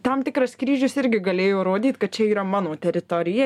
tam tikras kryžius irgi galėjo rodyt kad čia yra mano teritorija